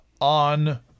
on